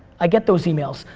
i get those emails.